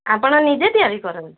ଆପଣ ନିଜେ ତିଆରି କରନ୍ତି